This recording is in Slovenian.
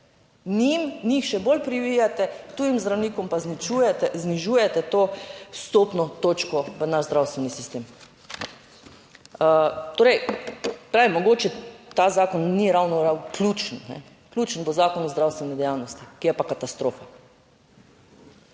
njih še bolj privijate, tujim zdravnikom pa znižujete, znižujete to vstopno točko v naš zdravstveni sistem. Torej, prej mogoče ta zakon ni ravno ključen, ključen bo Zakon o zdravstveni dejavnosti, ki je pa katastrofa.